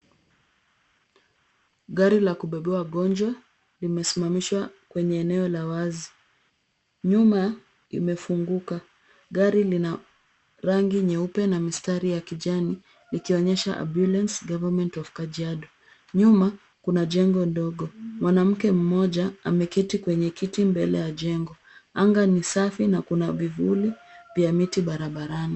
Gari la kubebea wagonjwa limesimamishwa kwenye eneo la wazi. Nyuma imefunguka. Gari ni la rangi nyeupe na mistari ya kijani likionyesha Ambulance government of Kajiado . Nyuma kuna jengo ndogo. Mwanamke mmoja ameketi kwenye kiti mbele ya jengo. Anga ni safi na kuna vivvuli vya miti barabarani.